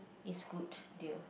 it's good dear